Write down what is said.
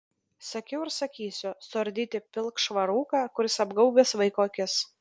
sakiau ir sakysiu suardyti pilkšvą rūką kuris apgaubęs vaiko akis